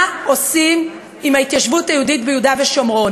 עושים עם ההתיישבות היהודית ביהודה ושומרון.